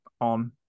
on